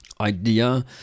idea